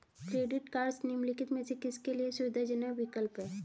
Credit cards निम्नलिखित में से किसके लिए सुविधाजनक विकल्प हैं?